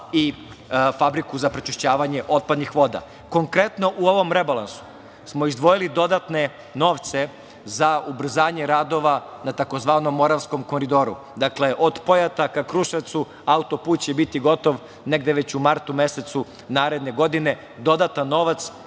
i fabriku za prečišćavanje otpadnih voda. Konkretno, u ovom rebalansu smo izdvojili dodatne novce za ubrzanja radova na tzv. Moravskom koridoru, dakle od Pojata ka Kruševcu, autoput će biti gotov negde već u martu mesecu naredne godine. Dodatan novac